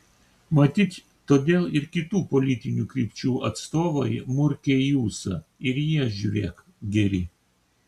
matyt todėl ir kitų politinių krypčių atstovai murkia į ūsą ir jie žiūrėk geri